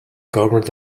governed